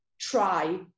try